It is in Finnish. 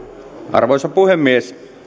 arvoisa puhemies